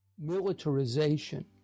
Militarization